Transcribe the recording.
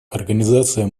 организация